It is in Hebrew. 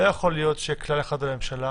לא יכול להיות שיהיה כלל אחד לממשלה,